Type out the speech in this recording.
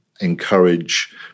encourage